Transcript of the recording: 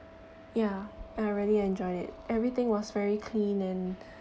ya I really enjoyed it everything was very clean and